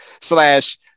slash